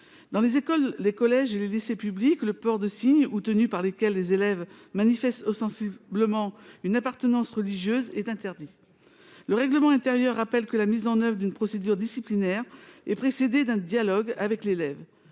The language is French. Dans les écoles, les collèges et les lycées publics, le port de signes ou tenues par lesquels les élèves manifestent ostensiblement une appartenance religieuse est interdit. » Le règlement intérieur rappelle que la mise en oeuvre d'une procédure disciplinaire est précédée d'un dialogue avec l'élève.